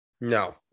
no